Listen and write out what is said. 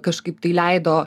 kažkaip tai leido